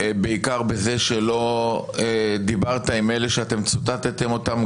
בעיקר בזה שלא דיברת עם אלה שאתם ציטטתם אותם,